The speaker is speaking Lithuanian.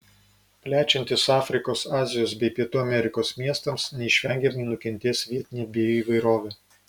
plečiantis afrikos azijos bei pietų amerikos miestams neišvengiamai nukentės vietinė bioįvairovė